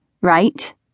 right